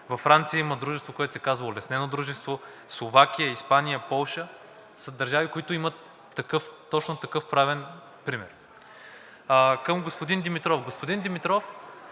във Франция има дружество, което се казва „Улеснено дружество“, в Словакия, в Испания, в Полша – държави, които имат точно такъв правен пример. Към господин Димитров.